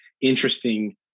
interesting